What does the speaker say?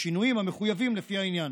בשינויים המחויבים לפי העניין.